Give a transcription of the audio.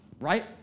Right